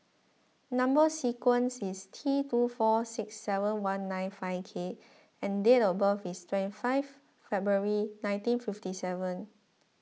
Number Sequence is T two four six seven one nine five K and date of birth is twenty five February nineteen fifty seven